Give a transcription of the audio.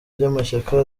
ry’amashyaka